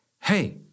hey